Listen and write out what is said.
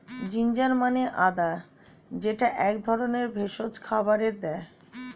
ginger মানে আদা যেইটা এক ধরনের ভেষজ খাবারে দেয়